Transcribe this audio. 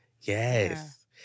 Yes